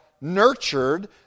nurtured